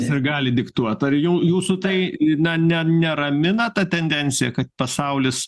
s ir gali diktuot ar jau jūsų tai na ne neramina ta tendencija kad pasaulis